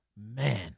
man